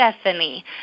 Stephanie